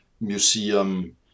museum